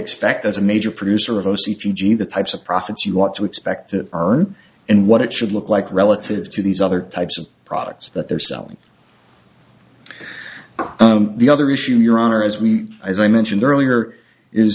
expect as a major producer of o c if you do the types of profits you want to expect to earn and what it should look like relative to these other types of products that they're selling the other issue your honor as we as i mentioned earlier is